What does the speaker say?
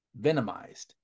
Venomized